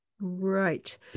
Right